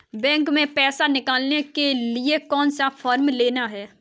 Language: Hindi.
बैंक में पैसा निकालने के लिए कौन सा फॉर्म लेना है?